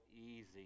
easy